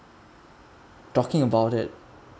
talking about it